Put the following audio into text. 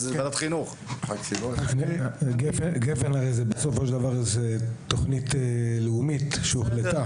הרי בסופו של דבר זו תוכנית לאומית שהוחלטה.